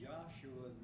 Joshua